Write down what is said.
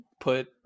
put